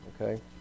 okay